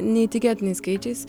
neįtikėtinais skaičiais